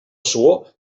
suor